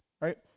Right